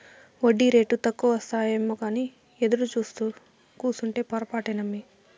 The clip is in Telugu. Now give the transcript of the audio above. ఒడ్డీరేటు తక్కువకొస్తాయేమోనని ఎదురుసూత్తూ కూసుంటే పొరపాటే నమ్మి